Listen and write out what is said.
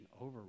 over